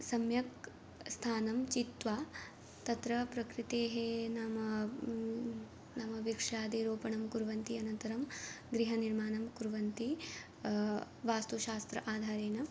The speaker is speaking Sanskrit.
सम्यक् स्थानं चित्वा तत्र प्रकृतेः नाम नाम वृक्षादिरोपणं कुर्वन्ति अनन्तरं गृहनिर्माणं कुर्वन्ति वास्तुशास्त्र आधारेण